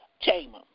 chamber